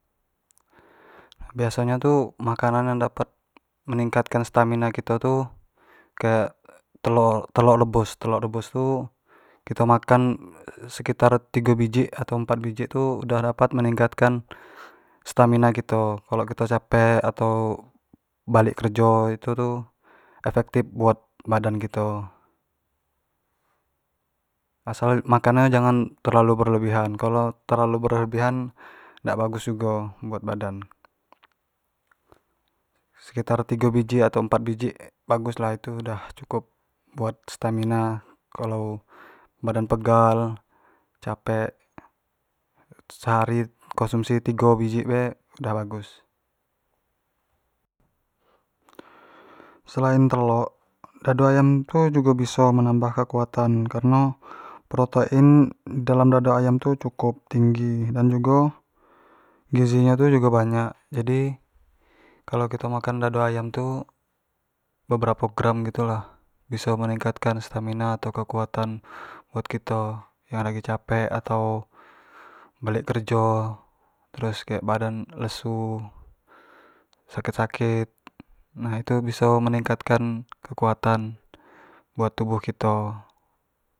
Biaso nyo tu makanan yang dapat meningkat kan stamina kito tu kayak telor-telor rebus-telor rebus tu kito makan sekitar tigo biji atau empat biji tu udah dapat meningkatkan stamina kito kalo kito capek atau balek kerjo tu efektif buat badan kito. asal makan nyo tu jangan terlalu berlebihan, kalo terlalu berlebihan dak bagus jugo buat badan, sekitar tigo biji atau empat biji bagus lah tu dah cukup buat stamina kalau badan pegal, capek sehari konsumsi tigo biji bae dah bagus selain telok dado ayam tu jugo biso menambah kekutan, kareno protein dalam dado ayam tu cukup tinggi dan jugo gizi nyo tu jugo banyak jadi kalo kito makan dado ayam gitu bebera gram gitu lah biso meningkatkan stamina atau kekuatan buat kito yang lagi capek atau balek kerjo terus kek badan lesu, sakit-sakit nah itu biso meningkatkan kekuatan agi tubuh kito.